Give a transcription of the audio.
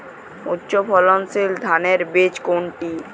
উচ্চ ফলনশীল ধানের বীজ কোনটি?